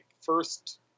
first